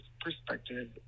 perspective